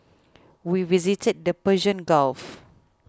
we visited the Persian Gulf